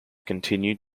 continued